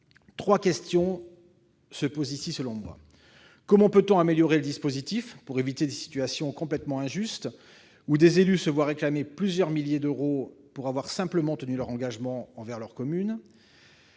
Trois questions se posent ici selon moi. Comment améliorer le dispositif, pour éviter des situations totalement injustes, où des élus se voient réclamer plusieurs milliers d'euros pour avoir simplement tenu leurs engagements envers leur commune ?